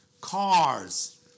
cars